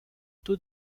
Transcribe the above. taux